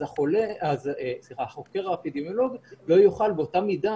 אז החוקר האפידמיולוגי לא יוכל באותה מידה